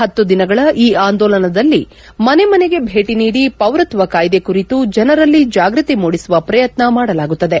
ಹತ್ತು ದಿನಗಳ ಈ ಆಂದೋಲನದಲ್ಲಿ ಮನೆಮನೆಗೆ ಭೇಟಿ ನೀಡಿ ಪೌರತ್ವ ಕಾಯ್ದೆ ಕುರಿತು ಜನರಲ್ಲಿ ಜಾಗೃತಿ ಮೂಡಿಸುವ ಪ್ರಯತ್ನ ಮಾಡಲಾಗುತ್ತದೆ